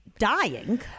dying